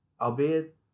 Albeit